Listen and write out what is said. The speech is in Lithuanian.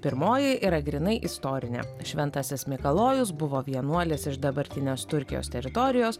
pirmoji yra grynai istorinė šventasis mikalojus buvo vienuolis iš dabartinės turkijos teritorijos